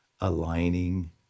aligning